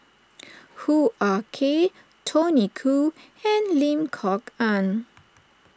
Hoo Ah Kay Tony Khoo and Lim Kok Ann